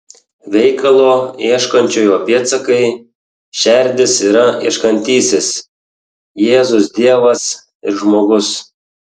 veikalo ieškančiojo pėdsakai šerdis yra ieškantysis jėzus dievas ir žmogus